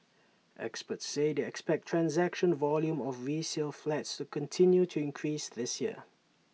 experts say they expect transaction volume of resale flats to continue to increase this year